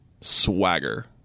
swagger